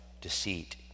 Deceit